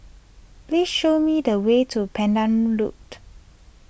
please show me the way to Pandan Loop